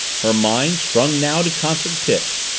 her mind, strung now to concert pitch,